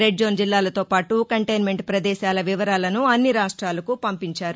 red zone జిల్లాలతో పాటు containment ప్రదేశాల వివరాలను అన్ని రాష్ట్రాలకు పంపించారు